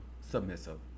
submissive